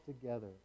together